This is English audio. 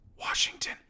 Washington